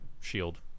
shield